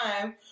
time